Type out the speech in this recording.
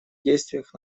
действиях